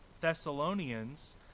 Thessalonians